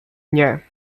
nie